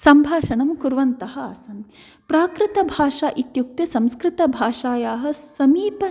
सम्भाषणं कुर्वन्तः आसन् प्राकृतभाषा इत्युक्ते संस्कृतभाषायाः समीप